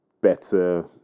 better